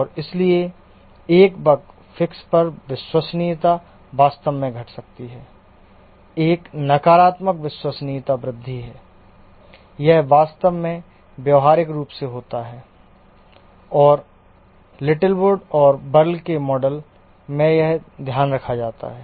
और इसलिए एक बग फिक्स पर विश्वसनीयता वास्तव में घट सकती है एक नकारात्मक विश्वसनीयता वृद्धि है यह वास्तव में व्यावहारिक रूप से होता है और लिटिलवुड और वर्ल के model Littlewood and Verall's model में यह ध्यान रखा जाता है